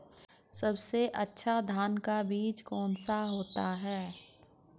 सबसे अच्छा धान का बीज कौन सा होता है?